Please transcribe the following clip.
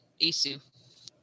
Isu